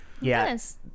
Yes